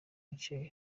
michael